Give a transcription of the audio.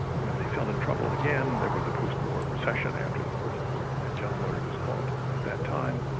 when they fell in trouble again, there was a post-war recession after the first war and general motors was caught at that time,